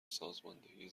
سازماندهی